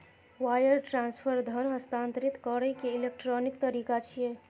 wire transfer धन हस्तांतरित करै के इलेक्ट्रॉनिक तरीका छियै